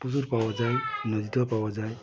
প্রচুর পাওয়া যায় নদীতেও পাওয়া যায়